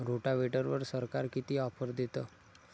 रोटावेटरवर सरकार किती ऑफर देतं?